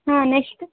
ಹಾಂ ನೆಶ್ಟು